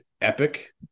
epic